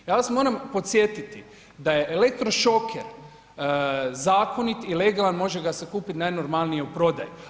Ja vas moram podsjetiti da je elektrošoker zakonit i legalan, može ga se kupit najnormalnije u prodaji.